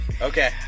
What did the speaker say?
Okay